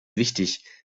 wichtig